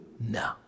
No